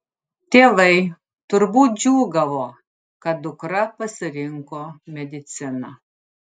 tėvai turbūt džiūgavo kad dukra pasirinko mediciną